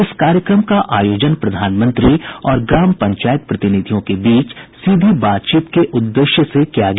इस कार्यक्रम का आयोजन प्रधानमंत्री और ग्राम पंचायत प्रतिनिधियों के बीच सीधी बातचीत के उद्देश्य से किया गया